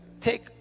Take